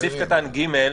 סעיף קטן (ג).